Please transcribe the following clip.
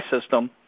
system